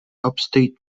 upstate